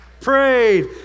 prayed